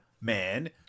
man